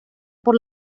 por